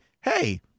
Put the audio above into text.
hey